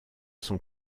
sont